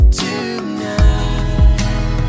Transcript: tonight